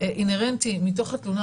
אינהרנטי מתוך התלונה,